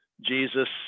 Jesus